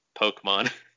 Pokemon